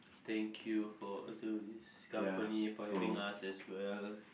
thank you for to this company for having us as well